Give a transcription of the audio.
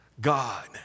God